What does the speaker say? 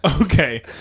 Okay